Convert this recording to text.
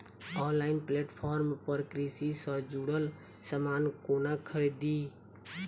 Online platform पर कृषि सँ जुड़ल समान कोना खरीदी?